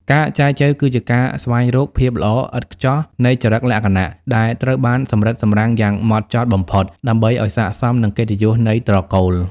ការចែចូវគឺជាការស្វែងរក "ភាពល្អឥតខ្ចោះនៃចរិតលក្ខណៈ" ដែលត្រូវបានសម្រិតសម្រាំងយ៉ាងហ្មត់ចត់បំផុត ដើម្បីឱ្យស័ក្តិសមនឹងកិត្តិយសនៃត្រកូល។